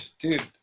dude